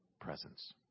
presence